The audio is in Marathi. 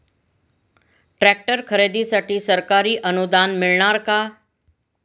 ट्रॅक्टर खरेदीसाठी सरकारी अनुदान मिळणार का?